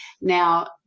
now